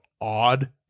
odd